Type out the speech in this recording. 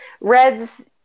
Reds